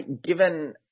Given